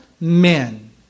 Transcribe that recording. men